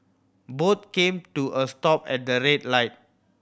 both came to a stop at a red light